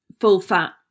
full-fat